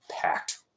packed